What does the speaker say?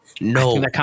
No